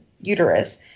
uterus